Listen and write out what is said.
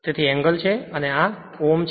તેથી એંગલ છે અને તે ઓદ્મ છે